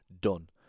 done